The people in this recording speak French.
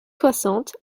soixante